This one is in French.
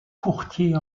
courtier